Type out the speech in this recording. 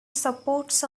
supports